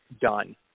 done